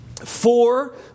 Four